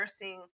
nursing